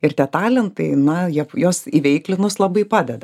ir tie talentai na jie juos įveiklinus labai padeda